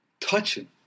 touching